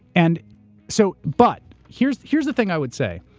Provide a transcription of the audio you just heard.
and so, but, here's here's the thing i would say.